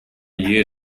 year